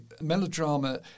melodrama